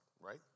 right